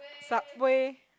subway